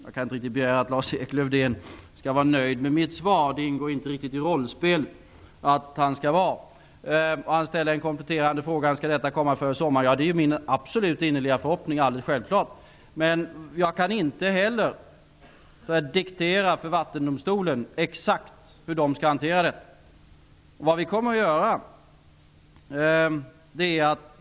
Jag kan inte riktigt begära att Lars-Erik Lövdén skall vara nöjd med mitt svar; det ingår inte riktigt i rollspelet att han skall vara det. Lars-Erik Lövdén frågar: Kommer beslutet före sommaren? Det är min absolut innerliga förhoppning, alldeles självklart. Jag kan emellertid inte diktera för Vattendomstolen exakt hur man där skall hantera ärendet.